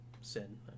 sin